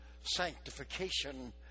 sanctification